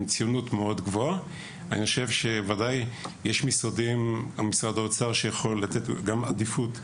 אני חושב שמשרד האוצר יכול לתת עדיפות.